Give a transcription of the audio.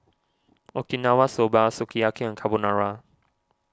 Okinawa Soba Sukiyaki and Carbonara